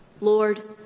Lord